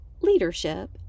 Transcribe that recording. leadership